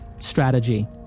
strategy